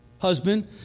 husband